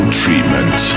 treatment